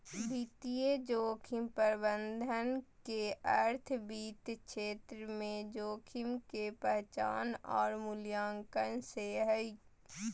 वित्तीय जोखिम प्रबंधन के अर्थ वित्त क्षेत्र में जोखिम के पहचान आर मूल्यांकन से हय